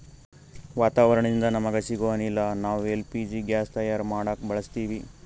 ವಾತಾವರಣದಿಂದ ನಮಗ ಸಿಗೊ ಅನಿಲ ನಾವ್ ಎಲ್ ಪಿ ಜಿ ಗ್ಯಾಸ್ ತಯಾರ್ ಮಾಡಕ್ ಬಳಸತ್ತೀವಿ